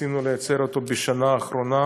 ניסינו ליצור אותו בשנה האחרונה,